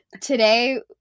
Today